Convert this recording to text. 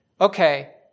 okay